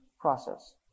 process